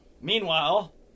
meanwhile